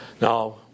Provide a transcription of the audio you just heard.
Now